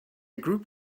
group